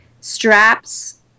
straps